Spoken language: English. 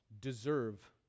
deserve